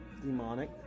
demonic